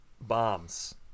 bombs